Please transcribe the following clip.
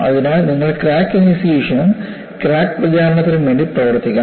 അതിനാൽ നിങ്ങൾ ക്രാക്ക് ഇനീഷ്യേഷനും ക്രാക്ക് പ്രചാരണത്തിനും വേണ്ടി പ്രവർത്തിക്കണം